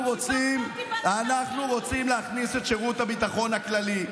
אנחנו רוצים להכניס את שירות הביטחון הכללי,